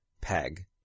peg